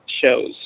shows